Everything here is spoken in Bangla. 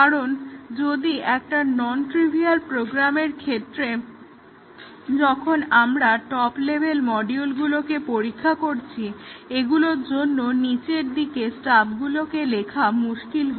কারণ যদি একটা নন ট্রিভিয়াল প্রোগ্রামের ক্ষেত্রে যখন আমরা টপ লেভেল মডিউলগুলোকে পরীক্ষা করছি এগুলোর জন্য নিচের দিকে স্টাবগুলিকে লেখা মুশকিল হয়